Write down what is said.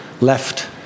left